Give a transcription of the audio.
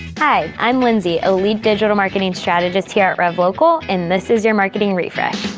hi, i'm lindsay, a lead digital marketing strategist here at revlocal, and this is your marketing refresh,